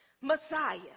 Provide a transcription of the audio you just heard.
Messiah